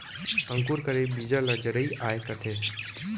अंकुर करे बीजा ल जरई आए कथें